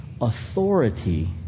authority